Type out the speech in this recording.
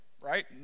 right